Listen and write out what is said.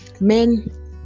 Men